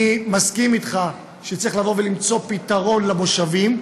אני מסכים אתך שצריך למצוא פתרון למושבים.